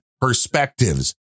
perspectives